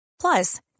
Plus